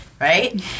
right